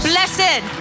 Blessed